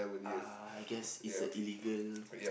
ah I guess it's a illegal